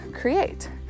create